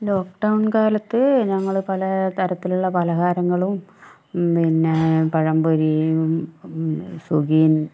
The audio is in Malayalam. ലോക്ക്ഡൗൺ കാലത്ത് ഞങ്ങൾ പല തരത്തിലുള്ള പലഹാരങ്ങളും പിന്നെ പഴംപൊരിയും സുഗിയനും